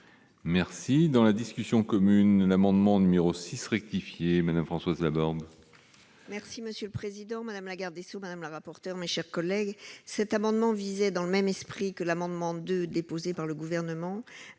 Merci dans la discussion commune l'amendement numéro 6 rectifié Madame Françoise Laborde. Merci monsieur le président, madame la garde des sceaux, madame la rapporteure, mes chers collègues, cet amendement visait dans le même esprit que l'amendement de déposés par le gouvernement